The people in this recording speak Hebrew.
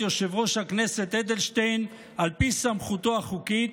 יושב-ראש הכנסת אדלשטיין על פי סמכותו החוקית,